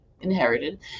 inherited